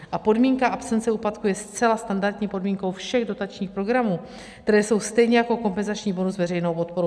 A podmínka absence úpadku je zcela standardní podmínkou všech dotačních programů, které jsou stejně jako kompenzační bonus veřejnou podporou.